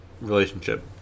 relationship